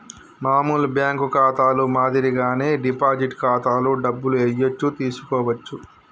మామూలు బ్యేంకు ఖాతాలో మాదిరిగానే డిపాజిట్ ఖాతాలో డబ్బులు ఏయచ్చు తీసుకోవచ్చు